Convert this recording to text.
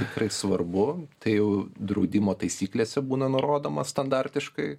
tikrai svarbu tai jau draudimo taisyklėse būna nurodomas standartiškai